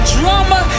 drama